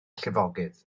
llifogydd